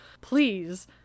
please